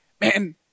man